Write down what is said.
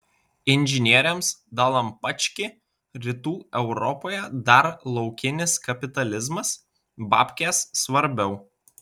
inžinieriams dalampački rytų europoje dar laukinis kapitalizmas babkės svarbiau